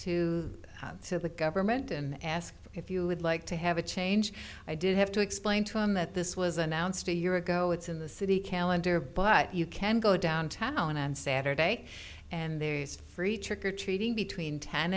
to the government and ask if you would like to have a change i did have to explain to him that this was announced a year ago it's in the city calendar but you can go downtown on saturday and there's free trick or treating between ten